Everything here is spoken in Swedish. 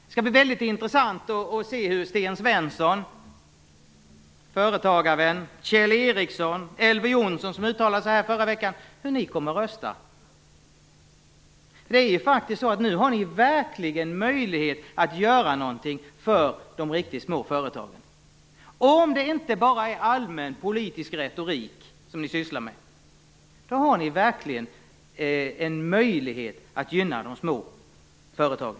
Det skall bli väldigt intressant att se hur företagaren Sten Svensson, Kjell Ericsson och Elver Jonsson, som uttalade sig här förra veckan, kommer att rösta. Ni har nu verkligen möjlighet att göra någonting för de riktigt små företagen. Om det inte bara är allmän politisk retorik som ni sysslar med, har ni verkligen en möjlighet att gynna i detta fall de små företagen.